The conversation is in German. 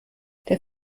der